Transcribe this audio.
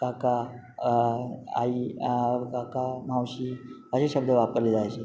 काका आई काका मावशी असे शब्द वापरले जायचे